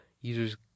users